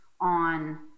on